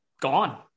gone